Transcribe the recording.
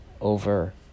over